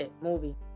Movie